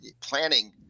planning